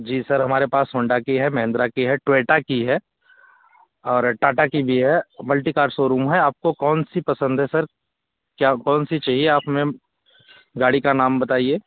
जी sir हमारे पास Honda की है महिंद्रा की है टोयोटा की है और टाटा की भी है मल्टीकार सोरूम है आपको कौन सी पसंद है सर क्या कौन सी चाहिये आप हमें गाड़ी का नाम बताइए